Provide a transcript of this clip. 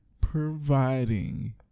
providing